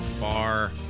far